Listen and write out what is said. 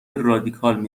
رادیکال